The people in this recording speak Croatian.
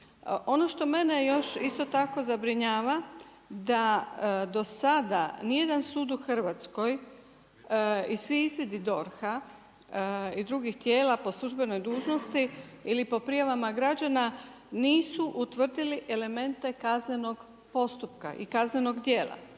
Ono što mene još isto tako zabrinjava da do sada nijedan sud u Hrvatskoj i svi izvidi DORH-a i drugih tijela po službenoj dužnosti ili po prijavama građana, nisu utvrdili elemente kaznenog postupka i kaznenog djela